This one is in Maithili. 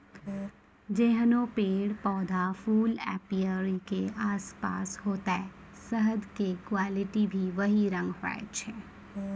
जैहनो पेड़, पौधा, फूल एपीयरी के आसपास होतै शहद के क्वालिटी भी वही रंग होय छै